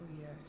Yes